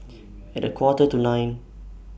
At A Quarter to nine